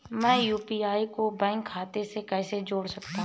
मैं यू.पी.आई को बैंक खाते से कैसे जोड़ सकता हूँ?